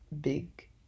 big